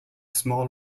small